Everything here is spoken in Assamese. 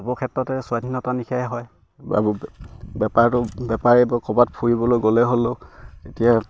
চবৰ ক্ষেত্ৰতে স্বাধীনতা নিচিনাই হয় বেপাৰটো বেপাৰী ক'ৰবাত ফুৰিবলৈ গ'লে হ'লেও এতিয়া